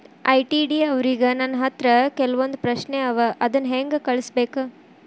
ITD ಅವ್ರಿಗೆ ನನ್ ಹತ್ರ ಕೆಲ್ವೊಂದ್ ಪ್ರಶ್ನೆ ಅವ ಅದನ್ನ ಹೆಂಗ್ ಕಳ್ಸ್ಬೇಕ್?